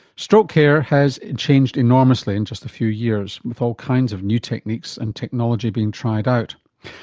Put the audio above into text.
stroke care has changed enormously in just a few years with all kinds of new techniques and technology being tried out.